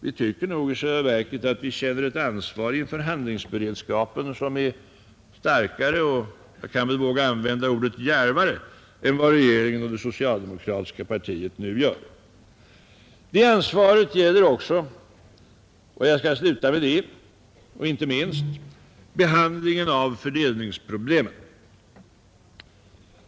Vi tycker nog i själva verket att vi känner ett ansvar inför handlingsberedskapen som är starkare — och jag vågar även använda ordet djärvare — än vad regeringen och det socialdemokratiska partiet nu gör. Regeringens ansvar gäller också och inte minst behandlingen av fördelningsproblemen. Jag vill sluta med några reflexioner kring dessa.